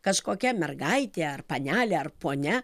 kažkokia mergaitė ar panelė ar ponia